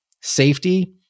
Safety